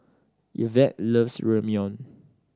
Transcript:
Yvette loves Ramyeon